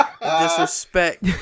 Disrespect